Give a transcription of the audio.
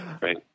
Right